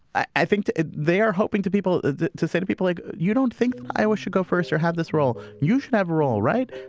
i think they are hoping to people to say to people like you don't think iowa should go first or have this role, you should never. all right.